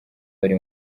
bari